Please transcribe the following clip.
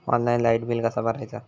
Online light bill कसा भरायचा?